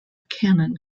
cannon